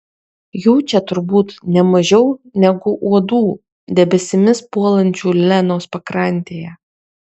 jų čia turbūt ne mažiau negu uodų debesimis puolančių lenos pakrantėje